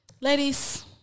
Ladies